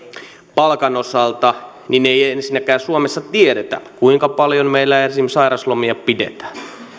palkan osalta ei ensinnäkään suomessa tiedetä kuinka paljon meillä esimerkiksi sairauslomia pidetään